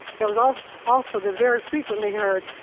that was ah also the very frequently heard,